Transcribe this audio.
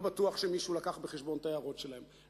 לא בטוח שמישהו לקח בחשבון את ההערות שלהם,